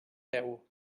deu